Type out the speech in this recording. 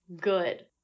good